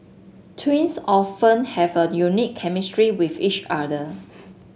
twins often have a unique chemistry with each other